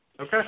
Okay